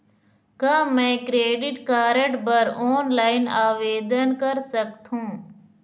का मैं credit card बर ऑनलाइन आवेदन कर सकथों?